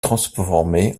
transformé